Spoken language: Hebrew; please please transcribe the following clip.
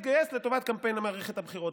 התגייס לטובת קמפיין מערכת הבחירות,